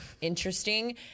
interesting